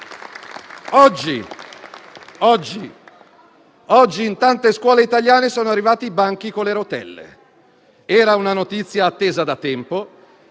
Oggi, in tante scuole italiane, sono arrivati i banchi con le rotelle. Era una notizia attesa da tempo,